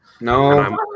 No